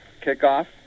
kickoff